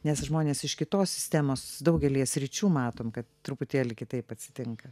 nes žmonės iš kitos sistemos daugelyje sričių matom kad truputėlį kitaip atsitinka